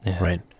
Right